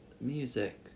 music